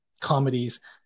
comedies